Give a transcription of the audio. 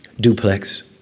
Duplex